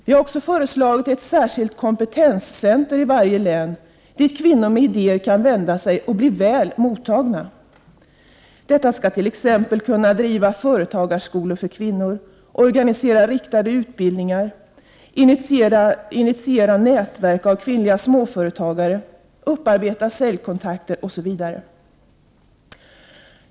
Vidare har vi föreslagit att i varje län ett särskilt kompetenscenter inrättas som kvinnor med idéer kan vända sig till och där de blir väl mottagna. Detta center skall t.ex. kunna driva företagarskolor för kvinnor, organisera riktade utbildningar, initiera nätverk för kvinnliga småföretagare, upparbeta säljkontakter osv.